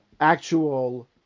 actual